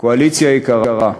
קואליציה יקרה,